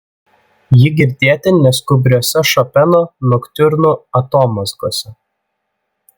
ji girdėti neskubriose šopeno noktiurnų atomazgose